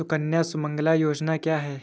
सुकन्या सुमंगला योजना क्या है?